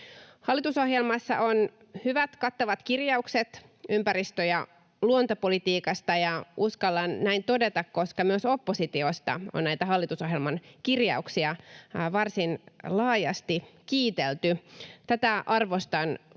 Hallitusohjelmassa on hyvät, kattavat kirjaukset ympäristö- ja luontopolitiikasta. Uskallan näin todeta, koska myös oppositiosta on näitä hallitusohjelman kirjauksia varsin laajasti kiitelty. Tätä arvostan kovasti